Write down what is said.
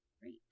great